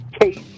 Kate